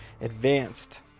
advanced